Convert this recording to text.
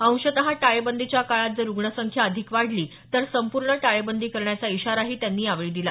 अंशतः टाळेबंदीच्या काळात जर रुग्णसंख्या अधिक वाढली तर संपूर्ण टाळेबंदी करण्याचा इशाराही त्यांनी यावेळी दिला